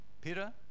Peter